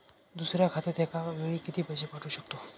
दुसऱ्या खात्यात एका वेळी किती पैसे पाठवू शकतो?